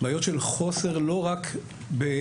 בעיות של חוסר לא רק באנשים,